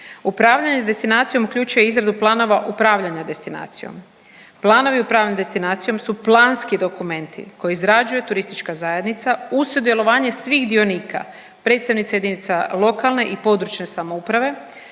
Upravljanje destinacijom uključuje izradu planova upravljanja destinacijom. Planovi upravljanja destinacijom su planski dokumenti koje izrađuje turistička zajednica uz sudjelovanje svih dionika, predstavnica jedinica lokalne i područne samouprave,